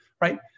right